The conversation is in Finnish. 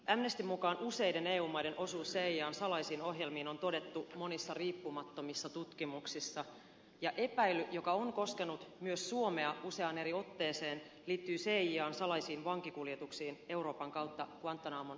amnestyn mukaan useiden eu maiden osuus cian salaisiin ohjelmiin on todettu monissa riippumattomissa tutkimuksissa ja epäily joka on koskenut myös suomea useaan eri otteeseen liittyy cian salaisiin vankikuljetuksiin euroopan kautta quantanamon vankilaan